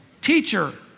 teacher